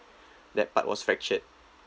that part was fractured